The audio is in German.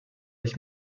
ich